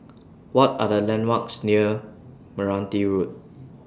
What Are The landmarks near Meranti Road